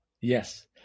Yes